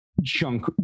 junk